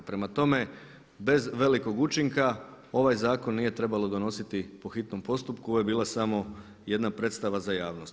Prema tome, bez velikog učinka ovaj zakon nije trebalo donositi po hitnom postupku, ovo je bila samo jedna predstava za javnost.